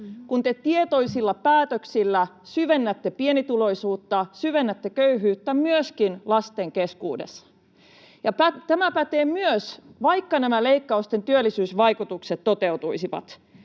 Kun te tietoisilla päätöksillä syvennätte pienituloisuutta, syvennätte köyhyyttä myöskin lasten keskuudessa, ja tämä pätee myös, vaikka nämä leikkausten työllisyysvaikutukset toteutuisivat.